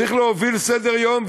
צריך להוביל סדר-יום,